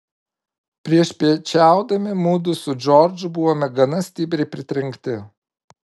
priešpiečiaudami mudu su džordžu buvome gana stipriai pritrenkti